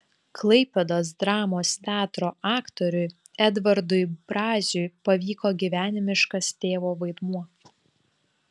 klaipėdos dramos teatro aktoriui edvardui braziui pavyko gyvenimiškas tėvo vaidmuo